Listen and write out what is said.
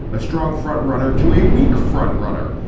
a strong front runner to a weak frontrunner.